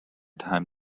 time